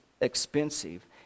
expensive